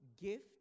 gift